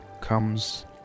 comes